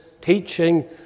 teaching